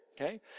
Okay